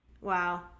Wow